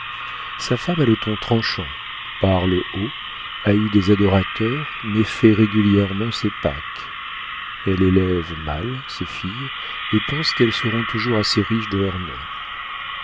sa femme a le ton tranchant parle haut a eu des adorateurs mais fait régulièrement ses pâques elle élève mal ses filles et pense qu'elles seront toujours assez riches de leur nom